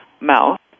mouth